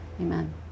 amen